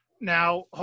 Now